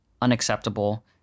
Unacceptable